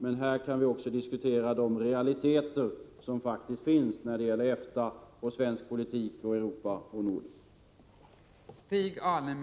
Men här kan vi också diskutera de realiteter som finns när det gäller EFTA, svensk politik, Europa och Norden.